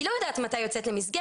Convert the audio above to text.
היא לא יודעת מתי היא יוצאת למסגרת,